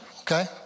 okay